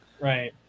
right